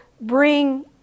bring